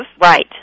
right